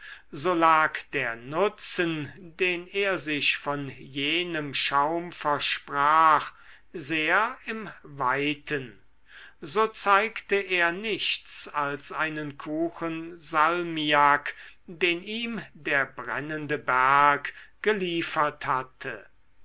so lag der nutzen den er sich von jenem schaum versprach sehr im weiten so zeigte er nichts als einen kuchen salmiak den ihm der brennende berg geliefert hatte